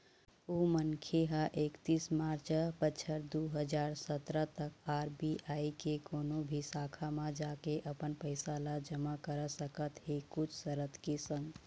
ओ मनखे ह एकतीस मार्च बछर दू हजार सतरा तक आर.बी.आई के कोनो भी शाखा म जाके अपन पइसा ल जमा करा सकत हे कुछ सरत के संग